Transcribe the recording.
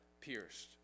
pierced